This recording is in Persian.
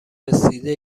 رسیده